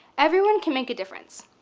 everyone can make a difference.